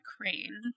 Crane